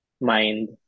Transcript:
mind